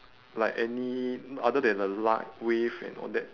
like any other than a light wave and all that